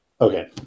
Okay